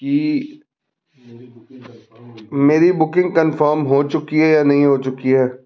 ਕਿ ਮੇਰੀ booking confirm ਹੋ ਚੁੱਕੀ ਹੈ ਜਾਂ ਨਹੀਂ ਹੋ ਚੁੱਕੀ ਹੈ